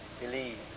Believe